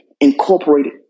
incorporated